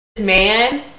man